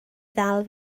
ddal